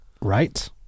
right